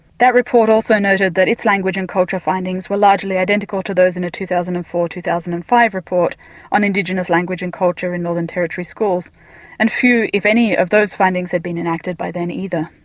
that report also noted that its language and culture findings were largely identical to those in the two thousand and four two thousand and five report on indigenous language and culture in northern territory schools and few, if any, of those findings had been enacted by then either.